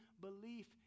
belief